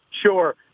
sure